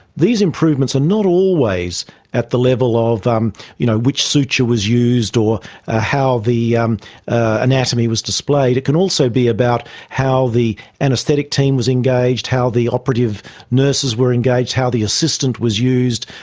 these improvements are not always at the level of you know which suture was used or ah how the um anatomy was displayed, it can also be about how the anaesthetic team was engaged, how the operative nurses were engaged, how the assistant was used,